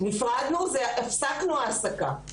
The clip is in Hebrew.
נפרדנו זה הפסקנו העסקה.